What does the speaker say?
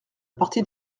partie